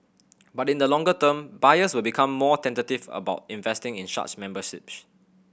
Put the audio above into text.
but in the longer term buyers will become more tentative about investing in such memberships